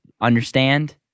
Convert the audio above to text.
understand